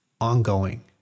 ongoing